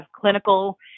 clinical